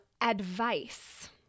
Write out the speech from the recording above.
advice